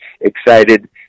excited